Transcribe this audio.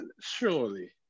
Surely